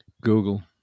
Google